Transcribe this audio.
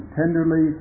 tenderly